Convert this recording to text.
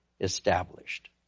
established